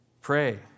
Pray